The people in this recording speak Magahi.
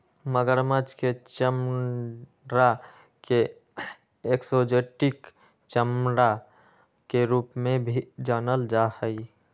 मगरमच्छ के चमडड़ा के एक्जोटिक चमड़ा के रूप में भी जानल जा हई